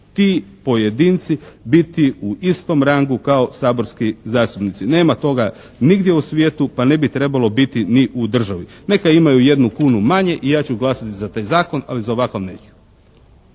ti pojedinci biti u istom rangu kao saborski zastupnici. Nema toga nigdje u svijetu, pa ne bi trebalo biti ni u državi. Neka imaju jednu kunu manje i ja ću glasati za taj Zakon, ali za ovakav neću.